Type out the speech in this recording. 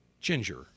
Ginger